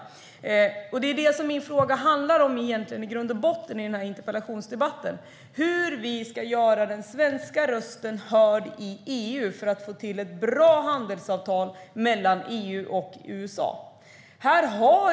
Det är egentligen detta som min fråga i denna interpellationsdebatt handlar om i grund och botten - hur vi ska göra den svenska rösten hörd i EU för att få till ett bra handelsavtal mellan EU och USA.